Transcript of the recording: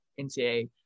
ncaa